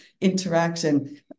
interaction